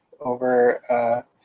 over